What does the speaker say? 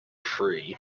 free